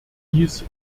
dies